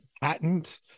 patent